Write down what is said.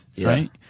Right